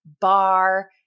bar